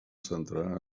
centrar